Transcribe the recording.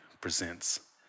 presents